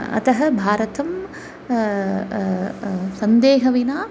अतः भारतं सन्देहविना